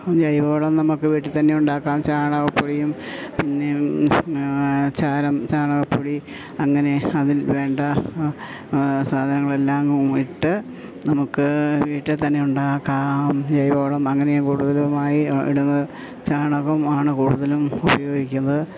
ജൈവവളം നമുക്ക് വീട്ടിൽത്തന്നെയുണ്ടാക്കാം ചാണകപ്പൊടിയും പിന്നെ ചാരം ചാണകപ്പൊടി അങ്ങനെ അതിൽ വേണ്ട സാധനങ്ങളെല്ലാം ഇട്ട് നമുക്ക് വീട്ടിൽത്തന്നെയുണ്ടാക്കാം ജൈവ വളം അങ്ങനെയും കൂടുതലുമായി ഇടുന്നത് ചാണകമാണ് കൂടുതലും ഉപയോഗിക്കുന്നത്